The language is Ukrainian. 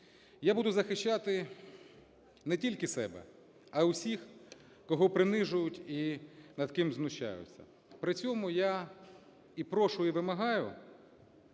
Я буду захищати не тільки себе, а всіх, кого принижують і над ким знущаються. При цьому я і прошу, і вимагаю,